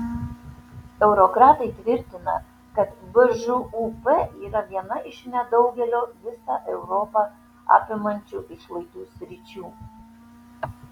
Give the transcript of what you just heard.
eurokratai tvirtina kad bžūp yra viena iš nedaugelio visą europą apimančių išlaidų sričių